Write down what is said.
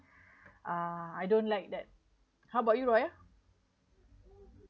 uh I don't like that how about you raya